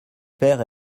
père